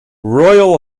royal